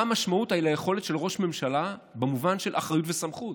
מה המשמעות על היכולת של ראש ממשלה במובן של אחריות וסמכות?